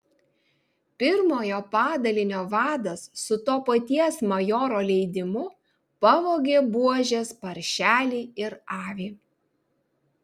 pirmojo padalinio vadas su to paties majoro leidimu pavogė buožės paršelį ir avį